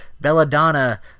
belladonna